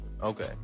Okay